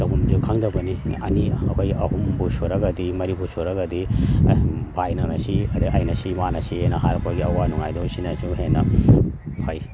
ꯇꯧꯐꯝꯁꯨ ꯈꯪꯗꯕꯅꯤ ꯑꯅꯤ ꯑꯈꯣꯏ ꯑꯍꯨꯝꯕꯨ ꯁꯨꯔꯒꯗꯤ ꯃꯔꯤꯕꯨ ꯁꯨꯔꯒꯗꯤ ꯑꯦ ꯚꯥꯏ ꯅꯪꯅ ꯁꯤ ꯑꯗꯒꯤ ꯑꯩꯅ ꯁꯤ ꯃꯥꯅ ꯁꯤꯑꯅ ꯍꯥꯏꯔꯛꯄꯒꯤ ꯑꯋꯥ ꯅꯨꯡꯉꯥꯏꯗꯣ ꯁꯤꯅꯁꯨ ꯍꯦꯟꯅ ꯐꯩ